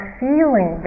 feeling